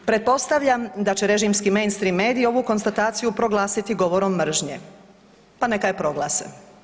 Pretpostavljam da će režimski mainstream mediji ovu konstataciju proglasiti govorom mržnje, pa neka je proglase.